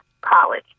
college